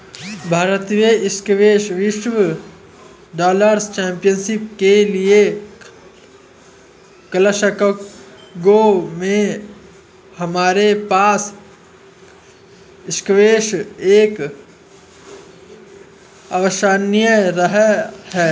भारतीय स्क्वैश विश्व doubles championship के लिएग्लासगो में हमारे पास स्क्वैश एक अविश्वसनीय रहा है